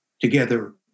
together